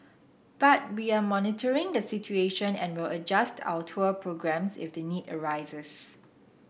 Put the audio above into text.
but we are monitoring the situation and will adjust our tour programmes if the need arises